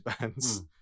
bands